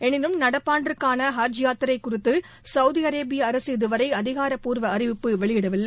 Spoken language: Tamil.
எனினும் நடப்பாண்டிற்கான ஹஜ் யாத்திரை குறித்து சவுதி அரேபிய அரசு இதுவரை அதிகாரப்பூர்வ அறிவிப்பு வெளியிடவில்லை